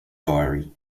diary